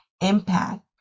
impact